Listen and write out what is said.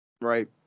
Right